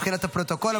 מבחינת הפרוטוקול,